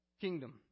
kingdom